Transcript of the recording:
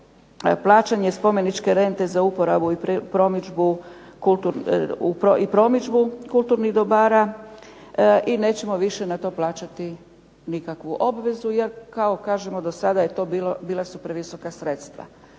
plaćanje spomeničke rente za uporabu i promidžbu kulturnih dobara i nećemo na to više plaćati nikakvu obvezu, jer kažemo do sada su to bila previsoka sredstva.